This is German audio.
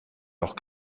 doch